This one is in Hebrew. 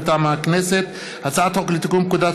מטעם הכנסת: הצעת חוק לתיקון פקודת